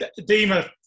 Dima